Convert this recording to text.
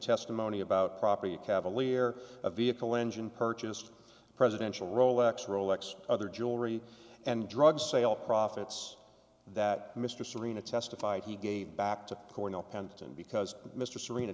testimony about property a cavalier a vehicle engine purchased presidential rolex rolex other jewelry and drugs say all profits that mr serina testified he gave back to cornell pendleton because mr ser